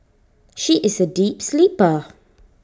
she is A deep sleeper